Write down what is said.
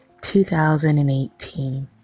2018